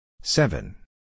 Seven